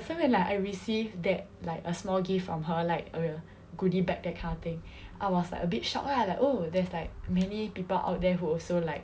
family and like I received that like a small gift from her like a goody bag that kind of thing I was like a bit shock lah like oh there's like many people out there who also like